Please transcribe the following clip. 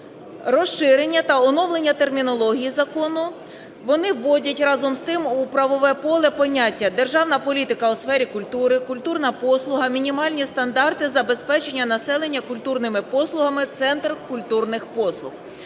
розширення та оновлення термінології закону, вони вводять разом з тим у правове поле поняття: державна політика у сфері культури, культурна послуга, мінімальні стандарти забезпечення населення культурними послугами, центр культурних послуг.